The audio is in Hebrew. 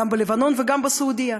בלבנון וגם בסעודיה,